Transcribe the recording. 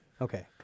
Okay